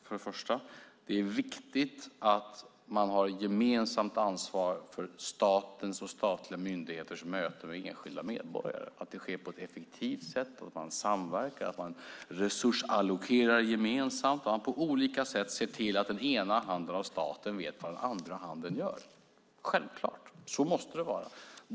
För det första är det viktigt att man har ett gemensamt ansvar för att statens och statliga myndigheters möte med enskilda medborgare sker på ett effektivt sätt, att man samverkar, att man resursallokerar gemensamt och att man på olika sätt ser till att statens ena hand vet vad den andra handen gör. Så måste det självfallet vara.